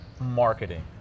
marketing